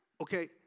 Okay